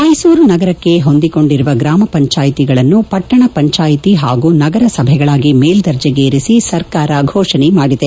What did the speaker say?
ಮೈಸೂರು ನಗರಕ್ಕೆ ಹೊಂದಿಕೊಂಡಿರುವ ಗ್ರಾಮ ಪಂಚಾಯಿತಿಗಳನ್ನು ಪಟ್ಟಣ ಪಂಚಾಯಿತಿ ಮತ್ತು ನಗರಸಭೆಗಳಾಗಿ ಮೇಲ್ದರ್ಣಿಗೇರಿಸಿ ಸರ್ಕಾರ ಫೋಷಣೆ ಮಾಡಿದೆ